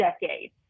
decade